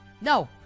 No